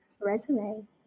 resume